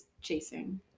chasing